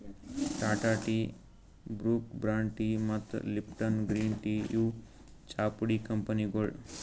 Tata tea, Brooke Bond tea ಮತ್ತ್ Lipton green tea ಇವ್ ಚಾಪುಡಿ ಕಂಪನಿಗೊಳ್